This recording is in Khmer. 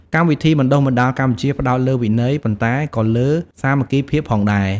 កម្មវិធីបណ្តុះបណ្តាកម្ពុជាផ្តោតលើវិន័យ ប៉ុន្តែក៏លើសាមគ្គីភាពផងដែរ។